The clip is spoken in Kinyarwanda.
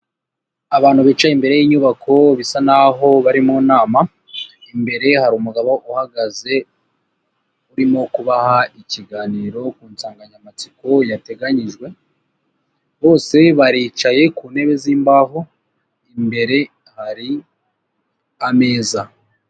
Abantu bicaye imbere y'inyubako bisa naho bari mu nama, imbere hari umugabo uhagaze urimo kubaha ikiganiro ku nsanganyamatsiko yateganyijwe, bose baricaye ku ntebe z'imbaho imbere hari ameza.